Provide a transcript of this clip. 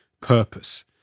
purpose